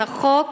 את החוק,